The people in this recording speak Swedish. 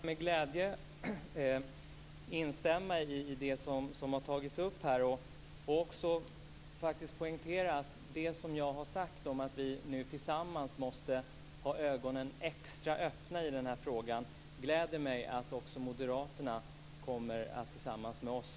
Fru talman! Jag vill bara med glädje instämma i det som har tagits upp här. Jag vill också faktiskt poängtera det som jag har sagt om att vi nu tillsammans måste ha ögonen extra öppna i den här frågan. Det gläder mig att också Moderaterna kommer att agera tillsammans med oss.